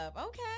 Okay